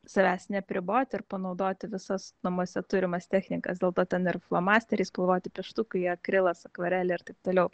savęs neapriboti ir panaudoti visas namuose turimas technikas dėl to ten ir flomasteriai spalvoti pieštukai akrilas akvarelė ir taip toliau